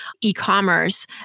e-commerce